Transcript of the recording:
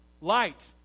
Light